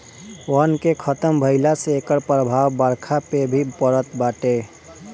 वन के खतम भइला से एकर प्रभाव बरखा पे भी पड़त बाटे